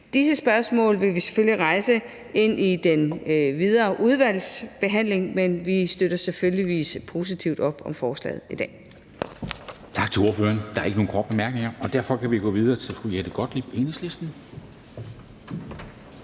Disse spørgsmål vil vi selvfølgelig rejse i den videre udvalgsbehandling. Men vi støtter selvfølgelig positivt op om forslaget i dag.